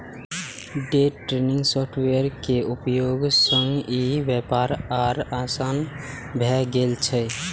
day trading software के उपयोग सं ई व्यापार आर आसान भए गेल छै